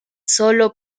sólo